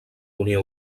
unió